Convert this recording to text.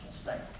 state